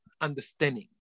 understanding